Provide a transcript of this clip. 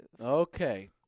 Okay